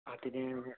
അതിന്